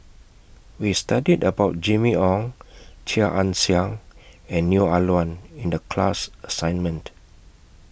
We studied about Jimmy Ong Chia Ann Siang and Neo Ah Luan in The class assignment